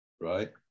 right